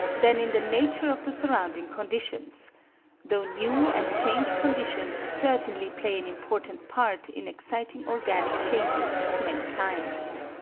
than in the nature of the surrounding conditions though new and changed conditions certainly play an important part in exciting organic changes of many kinds.